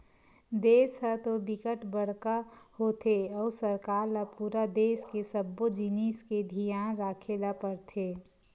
देस ह तो बिकट बड़का होथे अउ सरकार ल पूरा देस के सब्बो जिनिस के धियान राखे ल परथे